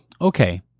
Okay